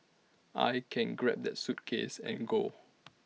I can grab that suitcase and go